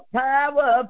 power